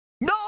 No